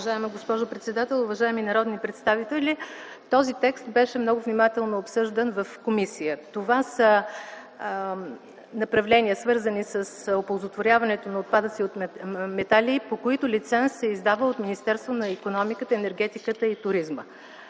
Уважаема госпожо председател, уважаеми народни представители! Този текст беше много внимателно обсъждан в комисията. Това са направления, свързани с оползотворяването на отпадъци от метали, по които лиценз се издава от Министерството на икономиката, енергетиката и туризма.